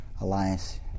Alliance